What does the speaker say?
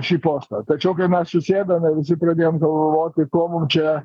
šį postą tačiau kai mes susėdom pradėjom galvoti ko mum čia